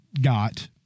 got